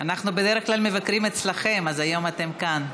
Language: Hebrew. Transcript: אנחנו בדרך כלל מבקרים אצלכם, אז היום אתם כאן.